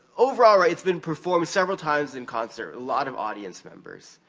overall, right, it's been performed several times in concert, a lot of audience members.